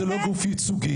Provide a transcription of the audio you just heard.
שהוא לא גוף ייצוגי,